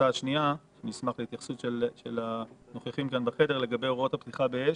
שאני אשמח התייחסות של הנוכחים כאן בחדר הוראות הפתיחה באש.